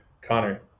Connor